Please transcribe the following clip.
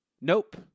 Nope